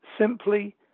simply